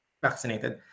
vaccinated